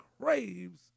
craves